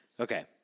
Okay